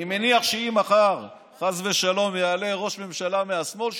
אני מניח שאם מחר חס ושלום יעלה ראש ממשלה מהשמאל,